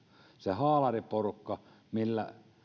se haalariporukka